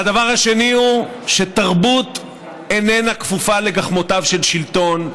והדבר השני הוא שתרבות אינה כפופה לגחמותיו של שלטון,